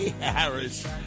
Harris